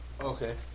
Okay